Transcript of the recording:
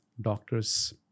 doctors